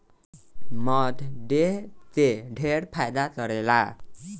मध देह के ढेर फायदा करेला